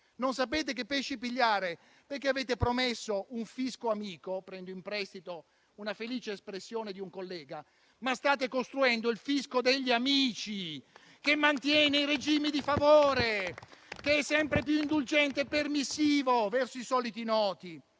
Non sapete che pesci pigliare perché avete promesso un fisco amico - prendo in prestito una felice espressione di un collega - ma state costruendo il fisco degli amici, che mantiene i regimi di favore, che è sempre più indulgente e permissivo verso i soliti noti.